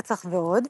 רצח ועוד,